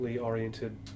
oriented